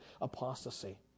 apostasy